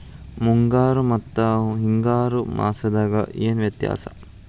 ಮುಂಗಾರು ಮತ್ತ ಹಿಂಗಾರು ಮಾಸದಾಗ ಏನ್ ವ್ಯತ್ಯಾಸ?